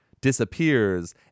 disappears